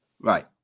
Right